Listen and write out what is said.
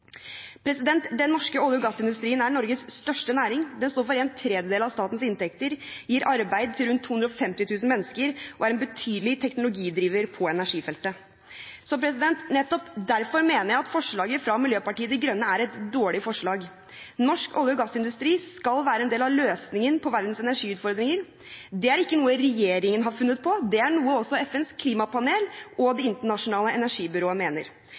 Den norske olje- og gassindustrien er Norges største næring. Den står for en tredjedel av statens inntekter, gir arbeid til rundt 250 000 mennesker og er en betydelig teknologidriver på energifeltet. Nettopp derfor mener jeg at forslaget fra Miljøpartiet De Grønne er et dårlig forslag. Norsk olje- og gassindustri skal være en del av løsningen på verdens energiutfordringer. Dette er ikke noe regjeringen har funnet på, det er noe som også FNs klimapanel og Det internasjonale energibyrået mener.